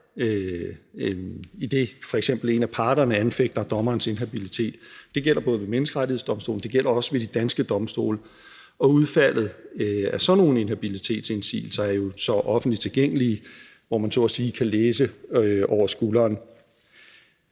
f.eks. en af parterne anfægter dommerens habilitet. Det gælder både ved Menneskerettighedsdomstolen, og det gælder også ved de danske domstole. Udfaldet af sådan nogle inhabilitetsindsigelser er jo så offentligt tilgængelige, hvor man så at sige kan læse over skulderen.